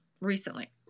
recently